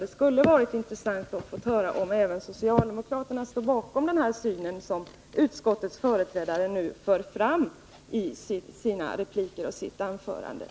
Det skulle ha varit intressant att få höra om även socialdemokraterna står bakom den syn som utskottets företrädare nu fört fram i sitt anförande och sin replik.